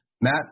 Matt